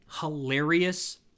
hilarious